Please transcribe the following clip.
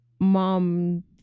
Mom